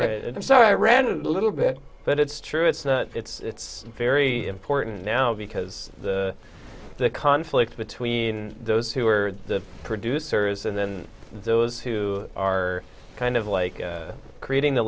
i'm sorry i ran a little bit but it's true it's it's it's very important now because the conflicts between those who are the producers and then those who are kind of like creating the